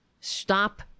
stop